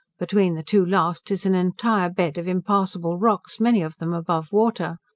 between the two last is an entire bed of impassable rocks, many of them above water.